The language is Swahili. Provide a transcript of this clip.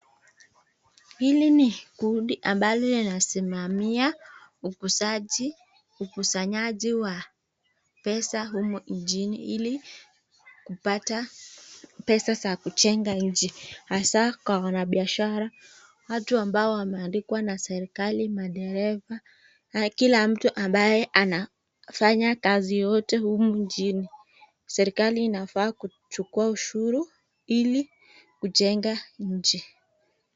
Hili ni kundi ambalo linasimamia ukusanyaji wa pesa humu nchini ili kupata pesa za kujenga nchi. Hasa kwa wanabiashara, watu ambao wameandikwa na serikali, madereva. Kila mtu ambaye anafanya kazi yote humu nchini serikali inafaa kuchukua ushuru ili kujenga nchi.